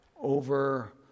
over